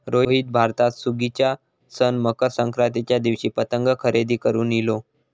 रोहित भारतात सुगीच्या सण मकर संक्रांतीच्या दिवशी पतंग खरेदी करून इलो